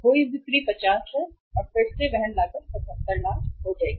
खोया बिक्री 50 और फिर हैं वहन लागत 77 लाख होगी